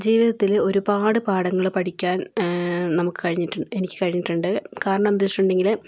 ജീവിതത്തില് ഒരുപാട് പാഠങ്ങള് പഠിക്കാൻ നമുക്ക് കഴിഞ്ഞിട്ട് എനിക്ക് കഴിഞ്ഞിട്ടുണ്ട് കാരണം എന്താണെന്ന് വച്ചിട്ടുണ്ടെങ്കില്